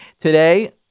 Today